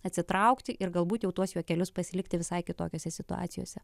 atsitraukti ir galbūt jau tuos juokelius pasilikti visai kitokiose situacijose